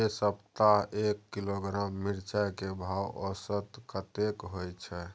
ऐ सप्ताह एक किलोग्राम मिर्चाय के भाव औसत कतेक होय छै?